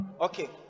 Okay